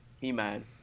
He-Man